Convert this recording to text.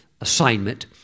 assignment